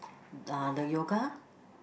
ah the yoga